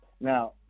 Now